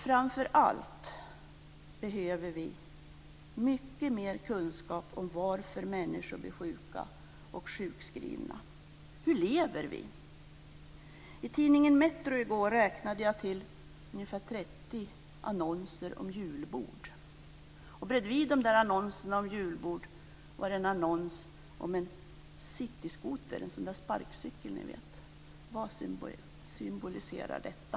Framför allt behöver vi mycket mer av kunskap om varför människor blir sjuka och sjukskrivna. Hur lever vi? I tidningen Metros nummer i går räknade jag till ungefär 30 annonser om julbord. Bredvid de annonserna fanns en annons om en cityskoter, dvs. en sparkcykel. Vad symboliserar detta?